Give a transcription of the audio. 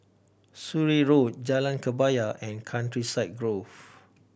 Surrey Road Jalan Kebaya and Countryside Grove